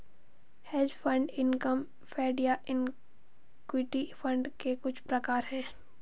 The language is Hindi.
हेज फण्ड इनकम फण्ड ये इक्विटी फंड के कुछ प्रकार हैं